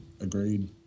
Agreed